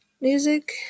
music